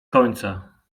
końca